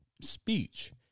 speech